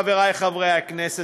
חברי חברי הכנסת,